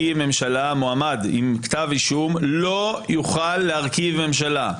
על מועמד עם כתב אישום שלא יוכל להרכיב ממשלה.